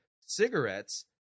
cigarettes